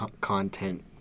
content